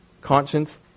conscience